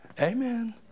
Amen